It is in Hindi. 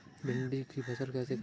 भिंडी की फसल कैसे करें?